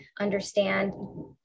understand